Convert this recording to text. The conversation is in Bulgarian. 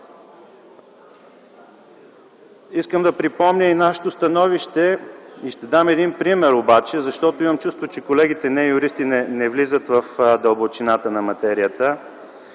Искам да припомня и нашето становище и ще дам и пример, защото имам чувството, че колегите – неюристи, не влизат в дълбочината на материята